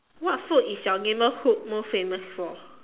what food is your neighbourhood most famous for